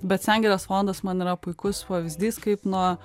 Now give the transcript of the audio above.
bet sengirės fondas man yra puikus pavyzdys kaip nuo